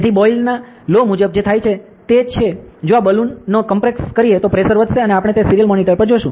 તેથી બોયલેના લો મુજબ જે થાય છે તે છે જો આપણે બલૂન ને કોમ્પ્રેસ કરીએ તો પ્રેશર વધશે અને આપણે તે સીરીયલ મોનિટર પર જોશું